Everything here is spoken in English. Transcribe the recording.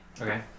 Okay